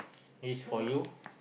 this is for you